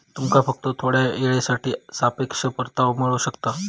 तुमका फक्त थोड्या येळेसाठी सापेक्ष परतावो मिळू शकता